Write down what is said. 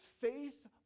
Faith